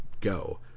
go